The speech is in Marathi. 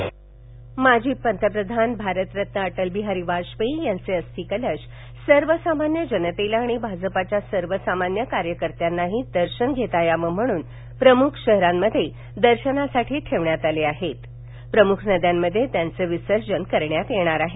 अस्थिकलश माज संतप्रधानभारत रत्न अटल बिहार झाजपेय आंचे अस्थिकलशसर्व सामान्य जनतेला आणि भाजपच्या सर्वसामान्य कार्यकर्त्यांनाहा देशन घेता यावं म्हणून प्रमुख शहरांमध्ये दर्शनासाठा ठेवण्यात आले असून प्रमुख नद्यांमध्ये त्यांचं विसर्जन करण्यात येणार आहे